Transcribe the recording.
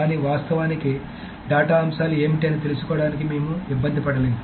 కానీ వాస్తవానికి డేటా అంశాలు ఏమిటి అని తెలుసుకోవడానికి మేము ఇబ్బంది పడలేదు